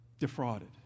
defrauded